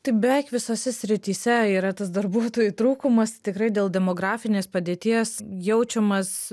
taip beveik visose srityse yra tas darbuotojų trūkumas tikrai dėl demografinės padėties jaučiamas